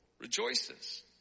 rejoices